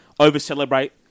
over-celebrate